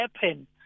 happen